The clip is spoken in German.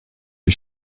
die